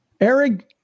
Eric